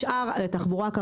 אם